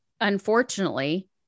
unfortunately